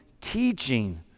teaching